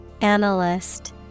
Analyst